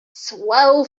swell